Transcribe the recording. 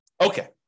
Okay